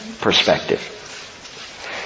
perspective